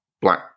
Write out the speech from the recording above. Black